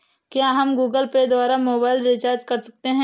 क्या हम Google Pay द्वारा मोबाइल रिचार्ज कर सकते हैं?